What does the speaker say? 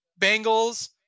Bengals